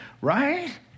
right